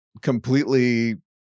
completely